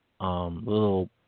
Little